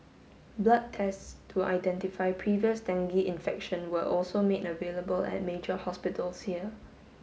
blood tests to identify previous dengue infection were also made available at major hospitals here